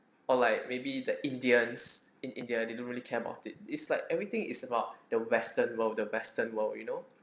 or like maybe the indians in india they didn't really care about it it's like everything is about the western world the western world you know